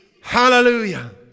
Hallelujah